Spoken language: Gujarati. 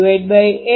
L શુ છે